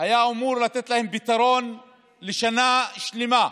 היה אמור לתת להן פתרון לשנה שלמה.